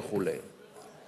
וכו'.